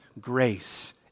grace